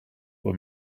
were